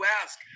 ask